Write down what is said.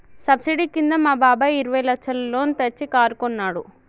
subsidy కింద మా బాబాయ్ ఇరవై లచ్చల లోన్ తెచ్చి కారు కొన్నాడు